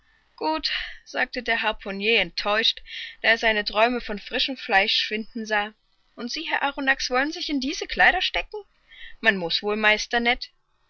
gut sagte der harpunier enttäuscht da er seine träume von frischem fleisch schwinden sah und sie herr arronax wollen sich in diese kleider stecken man muß wohl meister